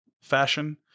fashion